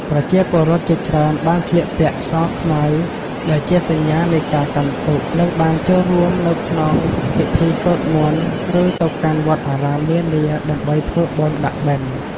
ប្រជាពលរដ្ឋជាច្រើនបានស្លៀកពាក់ស-ខ្មៅ ដែលជាសញ្ញានៃការកាន់ទុក្ខ និងបានចូលរួមនៅក្នុងពិធីសូត្រមន្ត ឬទៅកាន់វត្តអារាមនានាដើម្បីធ្វើបុណ្យដាក់បិណ្ឌ។